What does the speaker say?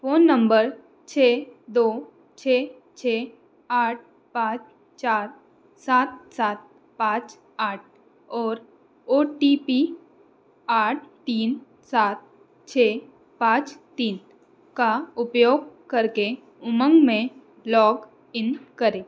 phone number छः दो छः छः आठ पाँच चार सात सात पाँच आठ और ओ टी पी आठ तीन सात छः पाँच तीन का उपयोग करके उमंग में लॉगइन करें